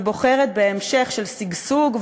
ובוחרת בהמשך של שגשוג,